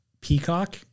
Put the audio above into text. Peacock